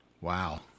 Wow